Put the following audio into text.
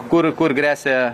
kur kur gresia